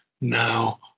now